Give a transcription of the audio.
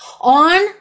on